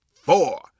four